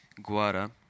Guara